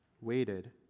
waited